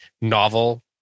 novel